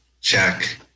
check